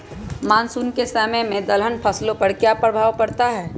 Monsoon के समय में दलहन फसलो पर क्या प्रभाव पड़ता हैँ?